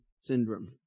syndrome